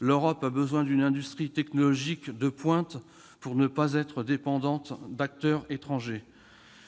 L'Europe a besoin d'une industrie technologique de pointe pour ne pas être dépendante d'acteurs étrangers.